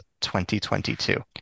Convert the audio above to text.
2022